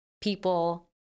people